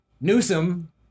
Newsom